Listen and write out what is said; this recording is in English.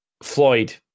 Floyd